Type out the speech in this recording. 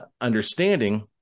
understanding